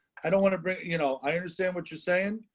i don't want to bring you know i understand what you're saying.